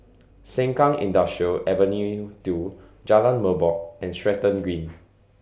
Sengkang Industrial Avenue two Jalan Merbok and Stratton Green